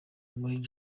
muri